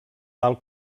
tal